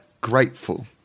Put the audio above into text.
grateful